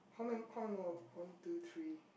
how many how many more one two three